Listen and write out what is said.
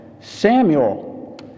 Samuel